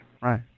Right